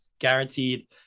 guaranteed